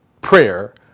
prayer